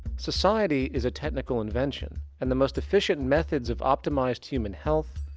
society is a technical invention. and the most efficient methods of optimized human health,